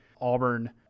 Auburn